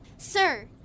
Sir